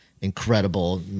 incredible